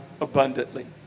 abundantly